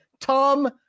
Tom